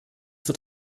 wird